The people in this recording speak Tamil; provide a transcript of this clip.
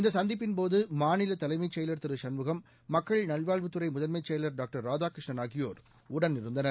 இந்த சந்திப்பின்போது மாநில தலைமைச் செயலர் திரு சண்முகம் மக்கள் நல்வாழ்வுத்துறை முதன்மைச் செயலர் டாக்டர் ராதாகிருஷ்ணன் ஆகியோர் உடனிருந்தனர்